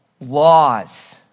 laws